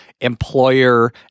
employer